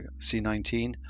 C19